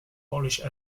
polish